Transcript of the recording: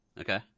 Okay